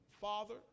father